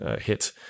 hit